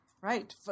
Right